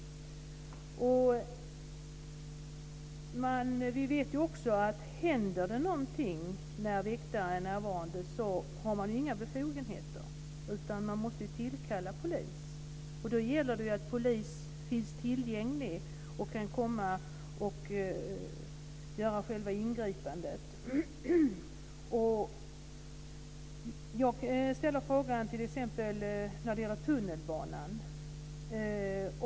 Vi vet också att om det händer någonting när väktare är närvarande så har de inga befogenheter, utan de måste tillkalla polis. Då gäller det att polis finns tillgänglig, och kan komma och göra själva ingripandet. Jag vill ställa en fråga om tunnelbanan.